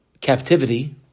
captivity